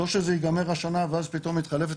לא שזה ייגמר השנה ואז פתאום מתחלפת